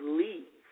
leave